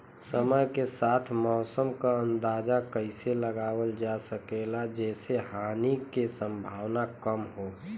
समय के साथ मौसम क अंदाजा कइसे लगावल जा सकेला जेसे हानि के सम्भावना कम हो?